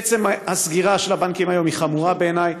עצם הסגירה של הבנקים היום חמורה בעיני,